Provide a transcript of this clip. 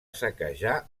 saquejar